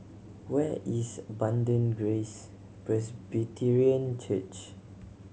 where is Abundant Grace Presbyterian Church